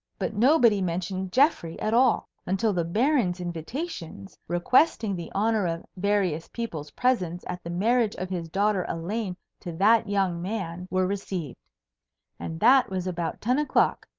but nobody mentioned geoffrey at all, until the baron's invitations, requesting the honour of various people's presence at the marriage of his daughter elaine to that young man, were received and that was about ten o'clock,